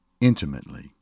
intimately